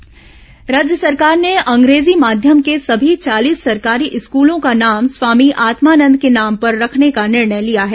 अंग्रेजी medium school नामकरण राज्य सरकार ने अंग्रेजी माध्यम के सभी चालीस सरकारी स्कूलों का नाम स्वामी आत्मानंद के नाम पर रखने का निर्णय लिया है